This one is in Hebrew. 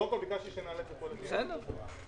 קודם כל, ביקשתי שנעלה את זה פה, לבדיון בוועדה.